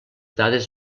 dades